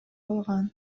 алган